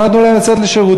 לא נתנו להם לצאת לשירותים,